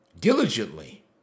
diligently